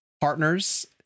partners